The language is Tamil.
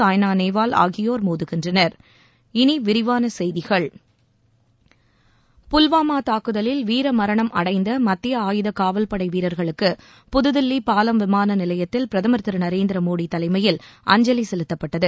சாய்னா நேவால் ஆகியோர் மோதுகின்றனர் புல்வாமா தாக்குதலில் வீர மரணம் அடைந்த மத்திய ஆயுதக் காவல் படை வீரர்களுக்கு புதுதில்லி பாலம் விமான நிலையத்தில் பிரதமர் திரு நரேந்திர மோடி தலைமையில் அஞ்சலி செலுத்தப்பட்டது